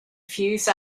fuse